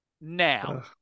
Now